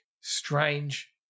strange